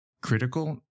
critical